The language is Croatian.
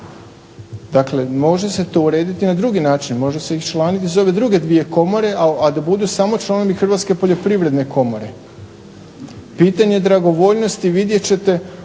Dakle, može se to urediti na drugi način. Može se iščlaniti iz ove druge dvije komore, a da budu samo članovi Hrvatske poljoprivredne komore. Pitanje dragovoljnosti vidjet ćete